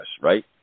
right